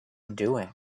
doing